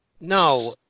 No